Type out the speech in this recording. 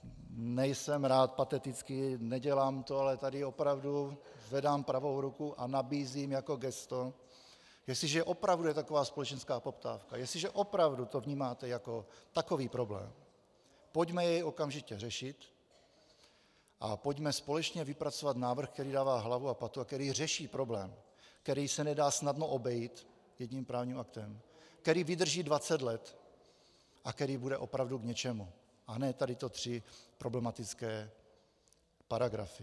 Nejsem rád patetický, nedělám to, ale tady opravdu zvedám pravou ruku a nabízím jako gesto, jestliže opravdu je taková společenská poptávka, jestliže opravdu to vnímáte jako takový problém, pojďme jej okamžitě řešit a pojďme společně vypracovat návrh, který dává hlavu a patu a který řeší problém, který se nedá snadno obejít, jedním právním aktem, který vydrží 20 let a který bude opravdu k něčemu, a ne tady tyto tři problematické paragrafy.